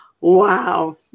Wow